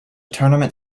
tournament